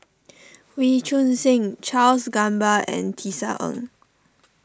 Wee Choon Seng Charles Gamba and Tisa Ng